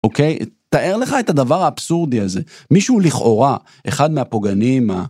אוקיי, תאר לך את הדבר האבסורדי הזה, מישהו לכאורה, אחד מהפוגענים.